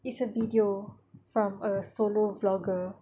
it's a video from a solo blogger